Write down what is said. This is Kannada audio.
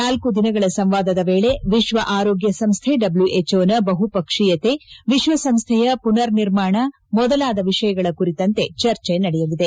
ನಾಲ್ಕು ದಿನಗಳ ಸಂವಾದದ ವೇಳೆ ವಿಶ್ವ ಆರೋಗ್ಯ ಸಂಸ್ಹೆ ಡಬ್ಲ್ವುಎಚ್ಒ ನ ಬಹುಪಕ್ಷೀಯತೆ ವಿಶ್ವಸಂಸ್ಹೆಯ ಪುನರ್ ನಿರ್ಮಾಣ ಮೊದಲಾದ ವಿಷಯಗಳ ಕುರಿತಂತೆ ಚರ್ಚೆ ನಡೆಯಲಿದೆ